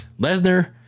Lesnar